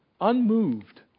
unmoved